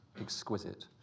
exquisite